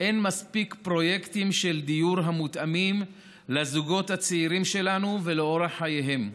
אין מספיק פרויקטים של דיור המותאמים לזוגות הצעירים שלנו ולאורח חייהם,